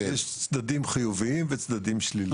יש צדדים חיוביים וצדדים שליליים.